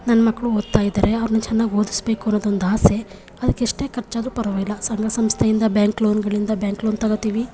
ನನ್ನ ಮಕ್ಕಳು ಓದ್ತಾಯಿದ್ದಾರೆ ಅವ್ರನ್ನ ಚೆನ್ನಾಗಿ ಓದಿಸ್ಬೇಕು ಅನ್ನೋದೊಂದು ಆಸೆ ಅದಕ್ಕೆ ಎಷ್ಟೇ ಖರ್ಚಾದರೂ ಪರಾಗಿಲ್ಲ ಸಂಘ ಸಂಸ್ಥೆಯಿಂದ ಬ್ಯಾಂಕ್ ಲೋನುಗಳಿಂದ ಬ್ಯಾಂಕ್ ಲೋನ್ ತೊಗೊತೀವಿ